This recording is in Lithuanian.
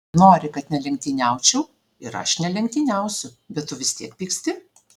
nori kad nelenktyniaučiau ir aš nelenktyniausiu bet tu vis tiek pyksti